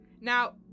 Now